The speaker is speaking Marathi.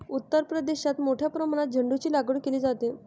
उत्तर प्रदेशात मोठ्या प्रमाणात झेंडूचीलागवड केली जाते